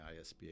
ISBA